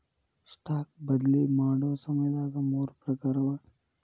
stock ಬದ್ಲಿ ಮಾಡೊ ಸಮಯದಾಗ ಮೂರ್ ಪ್ರಕಾರವ